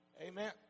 Amen